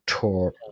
tour